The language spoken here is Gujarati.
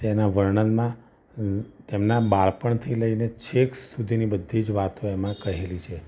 તેના વર્ણનમાં તેમના બાળપણથી લઇને છેક સુધીની બધી જ વાતો એમાં કહેલી છે